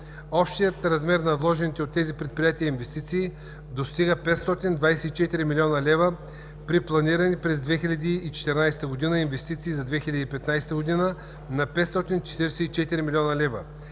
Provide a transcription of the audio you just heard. Общият размер на вложените от тези предприятия инвестиции достига 524 млн. лв. при планирани през 2014 г. инвестиции за 2015 г. от 544 млн. лв.